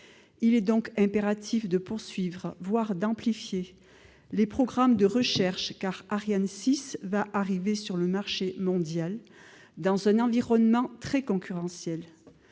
Il est donc impératif de poursuivre, voire d'amplifier les programmes de recherche, car Ariane 6 va arriver sur le marché mondial dans un environnement très concurrentiel.